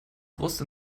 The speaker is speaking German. brust